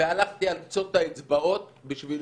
והלכתי על קצות האצבעות בשביל